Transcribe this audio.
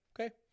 Okay